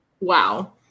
Wow